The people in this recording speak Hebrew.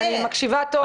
אני מקשיבה טוב.